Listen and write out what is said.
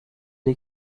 les